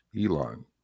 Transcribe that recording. Elon